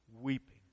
weeping